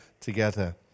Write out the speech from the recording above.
together